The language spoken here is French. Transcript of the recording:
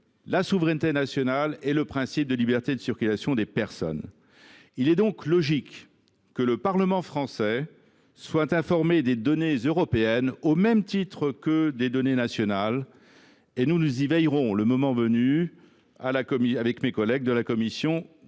la souveraineté nationale et le principe de liberté de circulation des personnes. Il est donc logique que le Parlement français soit informé des données européennes comme des données nationales. Nous y veillerons le moment venu avec mes collègues de la commission des